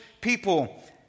people